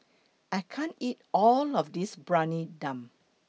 I can't eat All of This Briyani Dum